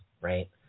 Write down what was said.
right